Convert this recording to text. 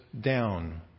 down